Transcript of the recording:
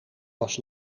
was